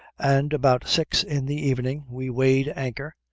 and about six in the evening we weighed anchor,